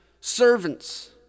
servants